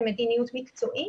ומדיניות מקצועית,